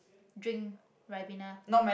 drink ribena